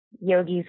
yogis